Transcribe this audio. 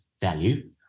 value